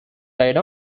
ride